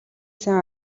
сайн